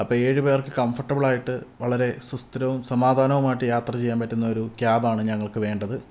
അപ്പം ഏഴ് പേർക്ക് കംഫോർട്ടബിളായിട്ട് വളരെ സുസ്ഥിരവും സമാധാനവുമായിട്ട് യാത്ര ചെയ്യാൻ പറ്റുന്നൊരു ക്യാബാണ് ഞങ്ങൾക്ക് വേണ്ടത്